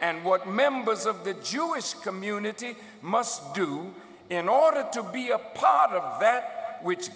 and what members of the jewish community must do in order to be a part of that which